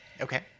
Okay